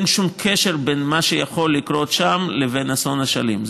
אין שום קשר בין מה שיכול לקרות שם לבין אסון אשלים.